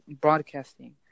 broadcasting